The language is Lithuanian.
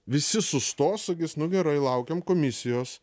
visi sustos sakys nu gerai laukiam komisijos